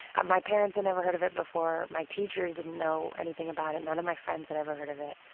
um my parents had never heard of it before, my teachers didn't know anything about it, none of my friends had ever heard of it.